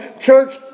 Church